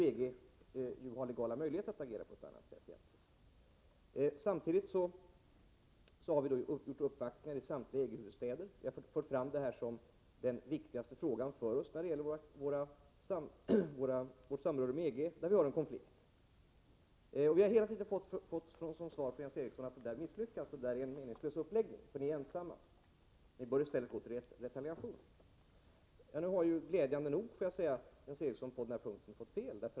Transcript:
EG har legala möjligheter att agera på ett annat sätt. Samtidigt har vi gjort uppvaktningar i samtliga EG-huvudstäder. Vi har fört fram detta såsom den för oss viktigaste frågan när det gäller vårt samröre med EG. Jens Eriksson har hela tiden påstått att vi har misslyckats och att det är en meningslös uppläggning därför att vi är ensamma. Vi bör i stället gå till retaliation. Glädjande nog har Jens Eriksson på denna punkt fått fel.